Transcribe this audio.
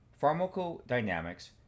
Pharmacodynamics